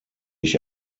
ich